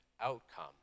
outcome